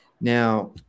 Now